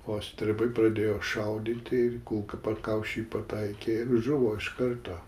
o stribai pradėjo šaudyti ir kulka pakaušį pataikė ir žuvo iš karto